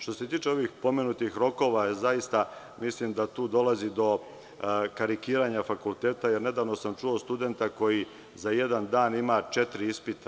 Što se tiče ovih pomenutih rokova, zaista mislim da tu dolazi karikiranja fakulteta, jer nedavno sam čuo studenta koji za jedan dan ima četiri ispita.